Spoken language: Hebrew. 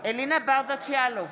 אלינה ברדץ' יאלוב,